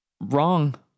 wrong